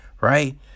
right